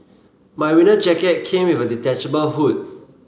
my winter jacket came with a detachable hood